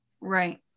Right